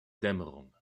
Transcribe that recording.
dämmerung